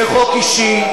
זה חוק אישי,